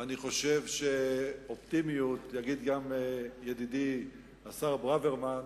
ואני חושב שאופטימיות, יגיד גם ידידי השר ברוורמן,